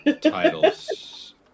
titles